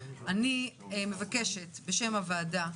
אני מבקשת בשם הוועדה,